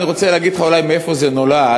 אני רוצה להגיד לך מאיפה זה נולד,